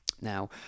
now